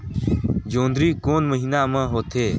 जोंदरी कोन महीना म होथे?